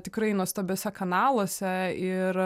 tikrai nuostabiose kanaluose ir